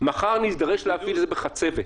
מחר נידרש להפעיל את זה בחצבת.